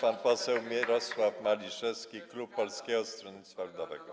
Pan poseł Mirosław Maliszewski, klub Polskiego Stronnictwa Ludowego.